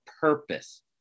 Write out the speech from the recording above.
purpose